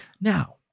Now